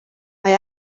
mae